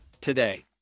today